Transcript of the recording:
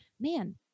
man